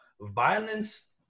Violence